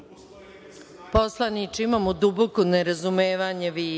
Poslaniče, imamo duboko nerazumevanje